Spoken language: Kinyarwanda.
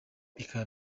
bikaba